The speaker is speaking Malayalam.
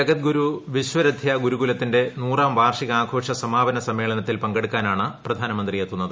ജഗദ്ഗുരു വിശ്വരഥൃാ ഗുരുക്കുല്പത്തിന്റെ നൂറാം വാർഷികാ ഘോഷ സമാപന സമ്മേളനത്തിൽ പ്പെങ്കെടുക്കാനാണ് പ്രധാനമന്ത്രി എത്തുന്നത്